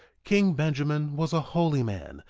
king benjamin was a holy man,